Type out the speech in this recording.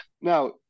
Now